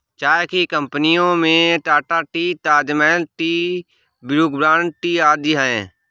चाय की कंपनियों में Tata tea, Taj Mahal tea, Brooke Bond tea आदि है